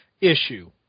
issue